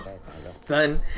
son